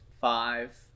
five